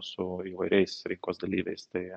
su įvairiais rinkos dalyviais tai